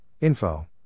info